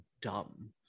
dumb